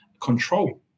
control